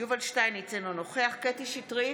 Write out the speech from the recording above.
יובל שטייניץ, אינו נוכח קטי קטרין שטרית,